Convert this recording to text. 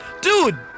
Dude